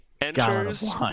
enters